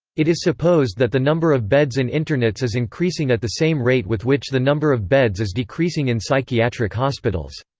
it is supposed that the number of beds in internats is increasing at the same rate with which the number of beds is decreasing in psychiatric hospitals.